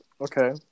Okay